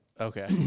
Okay